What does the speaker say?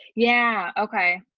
yeah. okay.